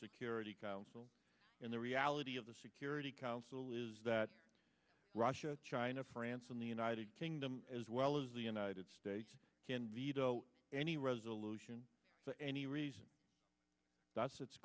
security council and the reality of the security council is that russia china france and the united kingdom as well as the united states can veto any resolution for any reason that's it's